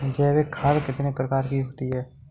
जैविक खाद कितने प्रकार की होती हैं?